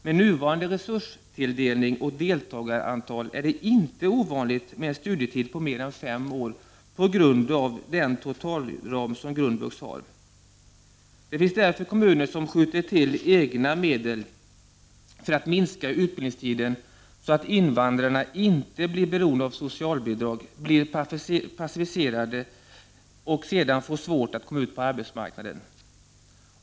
Med nuvarande resurstilldelning och deltagarantal 30 november 1990 är det inte ovanligt med en studietid på mer än fem år på grund avdentotal= ram som grundvux har. Det finns därför kommuner som skjuter till egna medel för att minska utbildningstiden så att invandrarna inte blir beroende av socialbidrag, blir passiviserade och sedan får svårt att komma ut på arbetsmarknaden.